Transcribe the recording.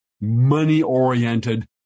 money-oriented